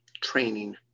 training